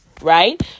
right